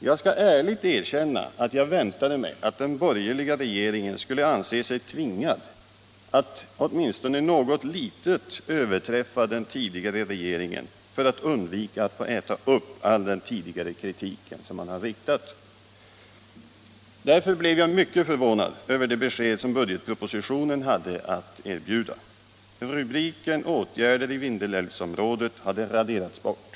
Jag skall ärligt erkänna att jag väntade mig att den borgerliga regeringen skulle anse sig tvingad att i denna fråga åtminstone något litet överträffa den förra regeringen för att undvika att få äta upp den kritik som framförts. Därför blev jag mycket förvånad över det besked som budgetpropositionen hade att erbjuda. Rubriken Åtgärder i Vindelälvsområdet hade raderats bort.